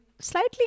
Slightly